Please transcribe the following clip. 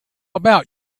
about